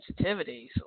sensitivities